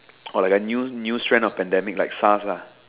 or like a new new strand of pandemic like S_A_R_S lah